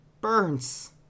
burns